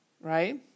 right